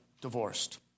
divorced